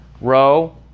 row